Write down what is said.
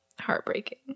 Heartbreaking